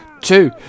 two